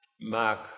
mark